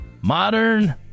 modern